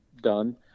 done